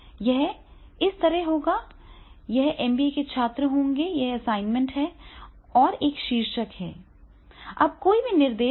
यह इस तरह होगा यह एमबीए के छात्र होंगे यह असाइनमेंट है और एक शीर्षक है अब कोई भी निर्देश है